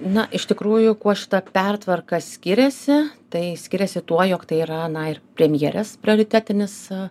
na iš tikrųjų kuo šita pertvarka skiriasi tai skiriasi tuo jog tai yra na ir premjerės prioritetinis